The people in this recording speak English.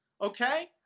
okay